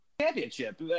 championship